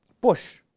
push